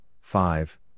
five